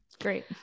Great